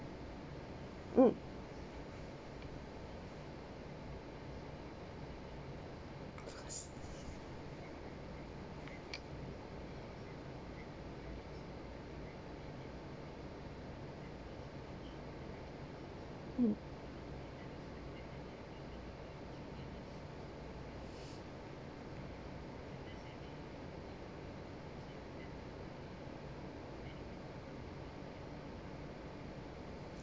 mm